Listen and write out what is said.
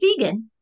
vegan